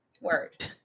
Word